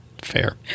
Fair